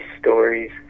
stories